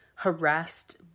harassed